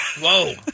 Whoa